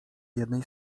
jednej